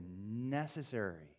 necessary